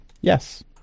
Yes